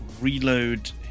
reload